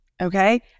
okay